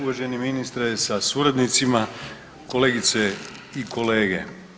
Uvaženi ministre sa suradnicima, kolegice i kolege.